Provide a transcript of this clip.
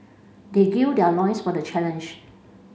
they their loins for the challenge